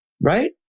right